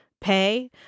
pay